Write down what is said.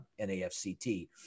NAFCT